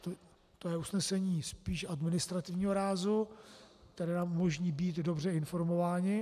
To je usnesení spíš administrativního rázu, které nám umožní být dobře informováni.